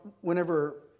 whenever